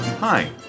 Hi